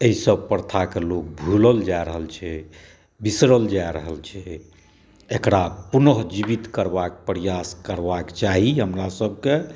एहिसभ प्रथाक लोक भूलल जा रहल छै बिसरल जा रहल छै एक़रा पुनः जीवित करबाक प्रयास करबाक चाही हमरासभके